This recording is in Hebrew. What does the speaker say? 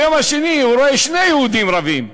ביום השני הוא רואה שני יהודים רבים,